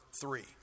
three